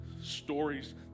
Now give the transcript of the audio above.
stories